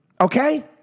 Okay